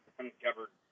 uncovered